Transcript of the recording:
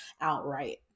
outright